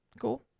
Cool